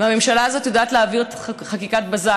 והממשלה הזאת יודעת להעביר חקיקת בזק.